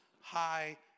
High